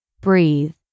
Breathe